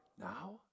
now